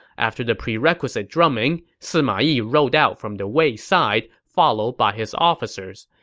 after the prerequisite drumming, sima yi rode out from the wei side, followed by his officers.